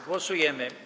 Głosujemy.